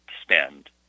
spend